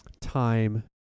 time